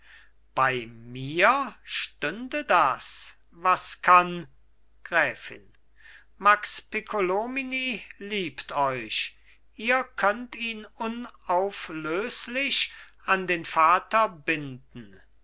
bei mir stünde das was kann gräfin max piccolomini liebt euch ihr könnt ihn unauflöslich an den vater binden